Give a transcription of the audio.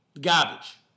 Garbage